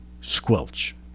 squelch